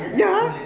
ya